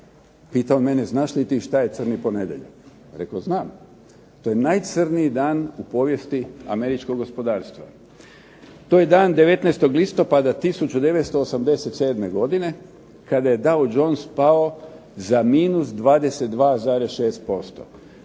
Pita on mene znaš li ti šta je crni ponedjeljak. Reko znam. To je najcrnji dan u povijesti američkog gospodarstva. To je dan 19. listopada 1987. godine kada je …/Ne razumije se./… pao za minus 22,6%.